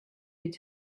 could